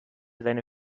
seine